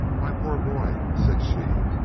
my poor boy said she,